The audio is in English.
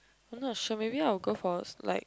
I'm not sure maybe I will go for a like